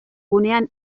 gunean